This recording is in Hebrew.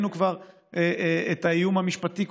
כבר ראינו את האיום המשפטי,